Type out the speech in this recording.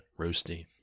Roasty